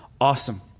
awesome